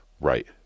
Right